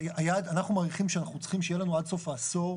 אנחנו מעריכים שאנחנו צריכים שיהיה לנו עד סוף העשור